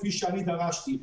כפי שאני דרשתי.